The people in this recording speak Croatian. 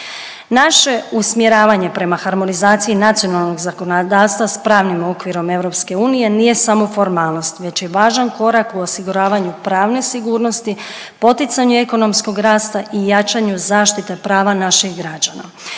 Naše usmjeravanje prema harmonizaciji nacionalnog zakonodavstva s pravnim okvirom EU, nije samo formalnost već je važan korak u osiguravanju pravne sigurnosti, poticanju ekonomskog rasta i jačanju zaštite prava naših građana.